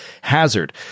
hazard